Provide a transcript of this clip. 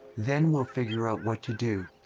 then we'll figure out what to do.